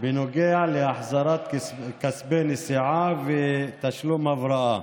בנוגע להחזרת כספי נסיעה ותשלום הבראה.